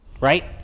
Right